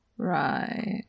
Right